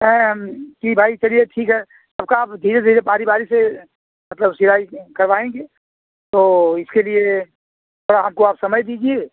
कहे हम कि भाई चलिए ठीक है सबका अब धीरे धीरे बारी बारी से मतलब सिलाई करवाएँगे तो इसके लिए थोड़ा हमको आप समय दीजिए